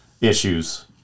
issues